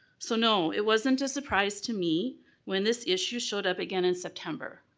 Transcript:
so, no, it wasn't a surprise to me when this issue showed up again in september.